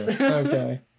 Okay